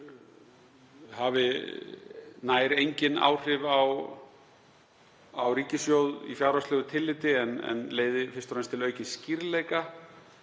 hafi nær engin áhrif á ríkissjóð í fjárhagslegu tilliti en leiði fyrst og fremst til aukins skýrleika.